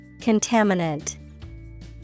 Contaminant